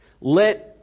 Let